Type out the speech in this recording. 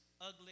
ugly